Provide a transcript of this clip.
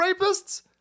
rapists